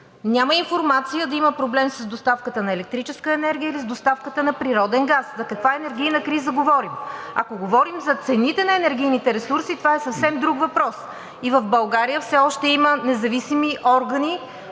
Няма информация да има проблем с доставката на електрическа енергия или с доставката на природен газ. За каква енергийна криза говорим?! Ако говорим за цените на енергийните ресурси, това е съвсем друг въпрос. В България все още има независими органи,